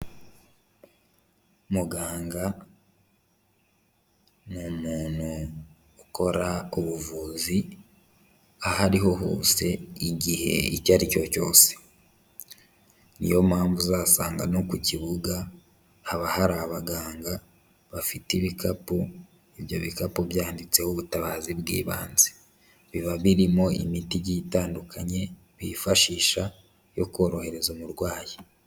Muganga ni umuntu ukora ubuvuzi aho ari ho hose igihe icyo ari cyo cyose. Ni yo mpamvu uzasanga no ku kibuga haba hari abaganga bafite ibikapu, ibyo bikapu byanditseho ubutabazi bw'ibanze. Biba birimo imiti igiye itandukanye bifashisha yo korohereza umurwayi.